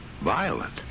Violent